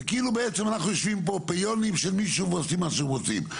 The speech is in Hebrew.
כאילו בעצם אנחנו יושבים פה פיונים של מישהו ועושים מה שהם רוצים.